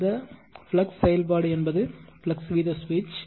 அந்த ஃப்ளக்ஸ் செயல்பாடு என்பது ஃப்ளக்ஸ் வீத சுவிட்ச்